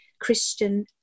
Christian